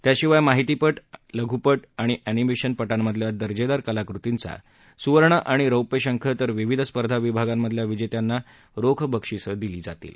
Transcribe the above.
त्याशिवाय माहितीपट लघ्पट आणि अनिमध्जिपाटांमधल्या दर्जेदार कलाकृतींचा सुवर्ण आणि रैप्य शंख तर विविध स्पर्धा विभागांधल्या विजय्यांना रोख बक्षिसं दिली जातील